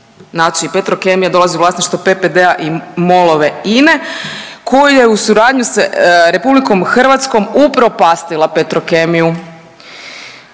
Znači Petrokemija dolazi u vlasništvo PPD-a i MOL-ove INA-e koja je u suradnji sa RH upropastila Petrokemiju,